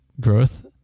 growth